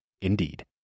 Indeed